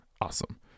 awesome